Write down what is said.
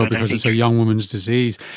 but because it's a young woman's disease.